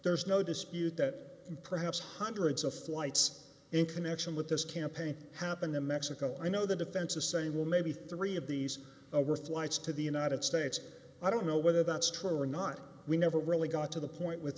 there's no dispute that perhaps hundreds of flights in connection with this campaign happened in mexico i know the defense is saying well maybe three of these overflights to the united states i don't know whether that's true or not we never really got to the point with